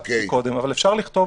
זו לא עמדתי.